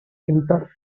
inter